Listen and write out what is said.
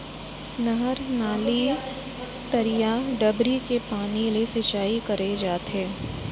नहर, नाली, तरिया, डबरी के पानी ले सिंचाई करे जाथे